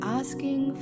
asking